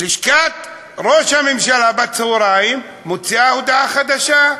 לשכת ראש הממשלה מוציאה בצהריים הודעה חדשה,